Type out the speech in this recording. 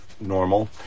normal